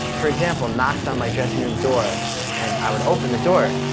for example, knocks on my dressing room door and i would open the door,